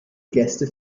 gäste